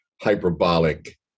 hyperbolic